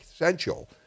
essential